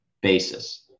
basis